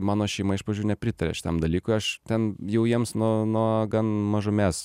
mano šeima iš pradžių nepritarė šitam dalykui aš ten jau jiems nuo nuo gan mažumės